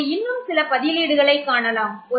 இப்போது இன்னும் சில பதிலீடுகளை காணலாம்